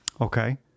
Okay